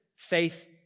Faith